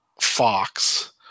Fox